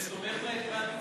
שתומך במתווה.